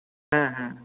ᱦᱮᱸ ᱦᱮᱸ